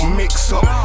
mix-up